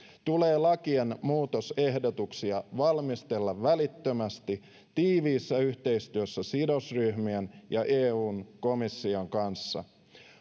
tulee lakien muutosehdotuksia valmistella välittömästi tiiviissä yhteistyössä sidosryhmien ja eun komission kanssa